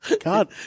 God